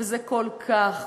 וזה כל כך,